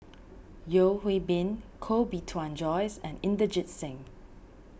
Yeo Hwee Bin Koh Bee Tuan Joyce and Inderjit Singh